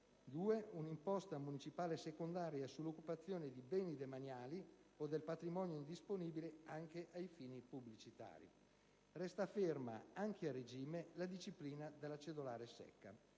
un'imposta municipale secondaria, sull'occupazione di beni demaniali o del patrimonio indisponibile, anche ai fini pubblicitari. Resta ferma, anche a regime, la disciplina della cedolare secca